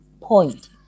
point